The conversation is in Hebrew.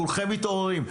כולכם מתעוררים.